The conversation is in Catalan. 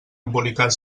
embolicar